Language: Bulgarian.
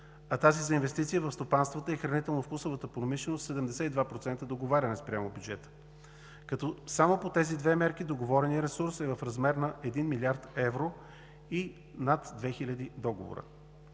а тази за инвестиции в стопанствата и хранително-вкусовата промишленост е 72% договаряне спрямо бюджета. Само по тези две мерки договореният ресурс е в размер на 1 млрд. евро и над 2000 договора.